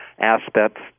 aspects